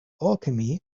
alchemy